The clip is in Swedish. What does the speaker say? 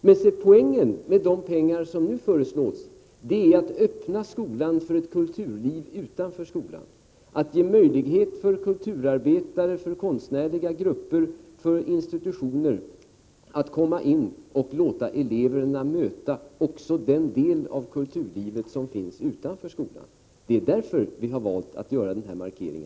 Men poängen med det som nu föreslås är att öppna skolan för ett kulturliv utanför skolan, att ge möjligheter för kulturarbetare, konstnärliga grupper och institutioner att komma in så att eleverna får möta också den del av kulturlivet som finns utanför skolan. Det är därför som vi valt att göra denna markering.